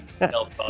else